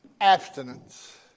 Abstinence